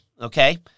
Okay